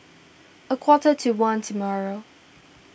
a quarter to one tomorrow